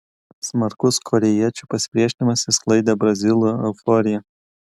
smarkus korėjiečių pasipriešinimas išsklaidė brazilų euforiją